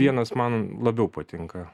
vienas man labiau patinka